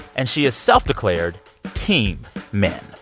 and she is self-declared team men